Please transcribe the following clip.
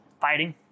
fighting